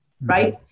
right